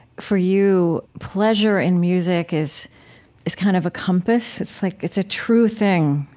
for you, pleasure in music is is kind of a compass. it's like it's a true thing.